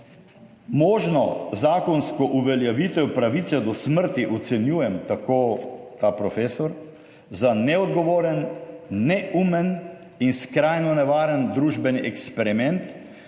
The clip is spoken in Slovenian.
možno zakonsko uveljavitev pravice do smrti ocenjujem, tako ta profesor, za neodgovoren, neumen in skrajno nevaren družbeni eksperiment